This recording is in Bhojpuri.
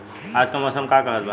आज क मौसम का कहत बा?